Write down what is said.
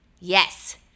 yes